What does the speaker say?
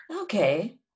Okay